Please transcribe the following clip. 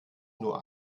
nur